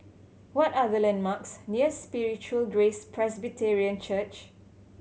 what are the landmarks near Spiritual Grace Presbyterian Church